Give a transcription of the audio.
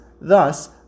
Thus